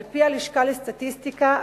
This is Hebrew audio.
על-פי הלשכה לסטטיסטיקה,